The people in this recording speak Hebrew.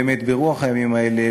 באמת ברוח הימים האלה,